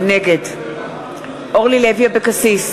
נגד מיקי לוי, נגד אורלי לוי אבקסיס,